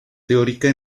teórica